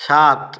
সাত